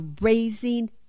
raising